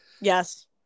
yes